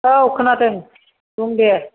औ खोनादों बुं दे